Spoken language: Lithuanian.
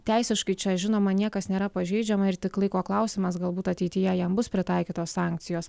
teisiškai čia žinoma niekas nėra pažeidžiama ir tik laiko klausimas galbūt ateityje jam bus pritaikytos sankcijos